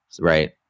Right